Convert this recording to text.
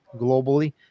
globally